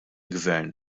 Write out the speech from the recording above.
gvern